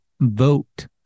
vote